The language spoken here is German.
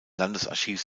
landesarchiv